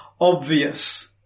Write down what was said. obvious